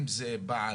אם זה בעל